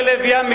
בלב ים,